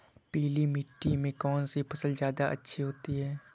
पीली मिट्टी में कौन सी फसल ज्यादा अच्छी होती है?